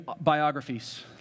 biographies